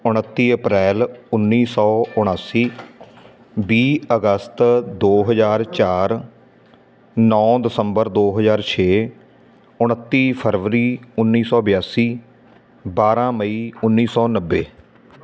ਉਣੱਤੀ ਅਪ੍ਰੈਲ ਉੱਨੀ ਸੌ ਉਣਾਸੀ ਵੀਹ ਅਗਸਤ ਦੋ ਹਜ਼ਾਰ ਚਾਰ ਨੌ ਦਸੰਬਰ ਦੋ ਹਜ਼ਾਰ ਛੇ ਉਣੱਤੀ ਫਰਵਰੀ ਉੱਨੀ ਸੌ ਬਿਆਸੀ ਬਾਰ੍ਹਾਂ ਮਈ ਉੱਨੀ ਸੌ ਨੱਬੇ